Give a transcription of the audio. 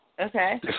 Okay